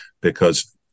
because-